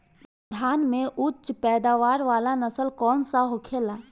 धान में उच्च पैदावार वाला नस्ल कौन सा होखेला?